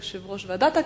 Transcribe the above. יושב-ראש ועדת הכספים,